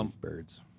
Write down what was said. birds